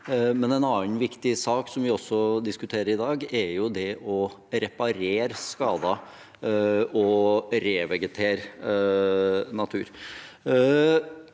en annen viktig sak vi også diskuterer i dag, er å reparere skader og revegetere natur.